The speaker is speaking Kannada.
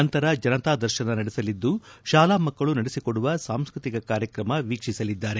ನಂತರ ಜನತಾ ದರ್ಶನ ನಡೆಸಲಿದ್ದು ಶಾಲಾ ಮಕ್ಕಳು ನಡೆಸಿಕೊಡುವ ಸಾಂಸ್ನತಿಕ ಕಾರ್ಯಕ್ರಮ ವೀಕ್ಷಿಸಲಿದ್ದಾರೆ